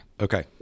okay